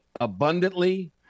abundantly